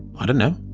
i don't know.